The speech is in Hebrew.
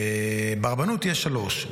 ברבנות יש שלושה,